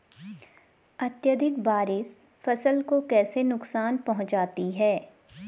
अत्यधिक बारिश फसल को कैसे नुकसान पहुंचाती है?